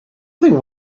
nothing